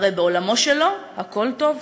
הרי בעולמו שלו הכול טוב.